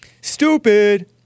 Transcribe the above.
Stupid